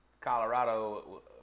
Colorado